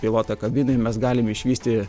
piloto kabinoj mes galim išvysti